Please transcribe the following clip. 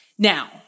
Now